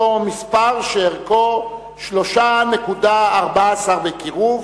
אותו מספר שערכו 3.14 בקירוב,